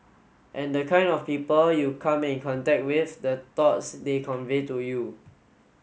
and the kind of people you come in contact with the thoughts they convey to you